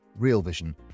RealVision